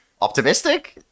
optimistic